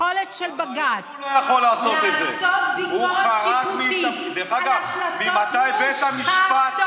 היכולת של בג"ץ לעשות ביקורת שיפוטית על החלטות מושחתות,